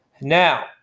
now